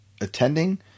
attending